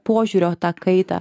požiūrio tą kaitą